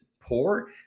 poor